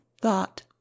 thought